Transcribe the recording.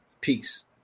Peace